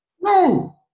No